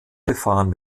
befahren